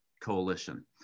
Coalition